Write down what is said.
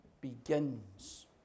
begins